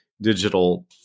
digital